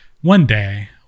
one-day